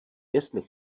jestli